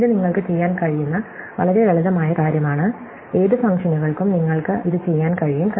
ഇത് നിങ്ങൾക്ക് ചെയ്യാൻ കഴിയുന്ന വളരെ ലളിതമായ കാര്യമാണ് ഏത് ഫംഗ്ഷനുകൾക്കും നിങ്ങൾക്ക് ഇത് ചെയ്യാൻ കഴിയും